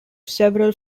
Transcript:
several